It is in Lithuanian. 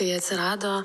kai atsirado